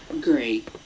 Great